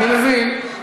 אני מבין,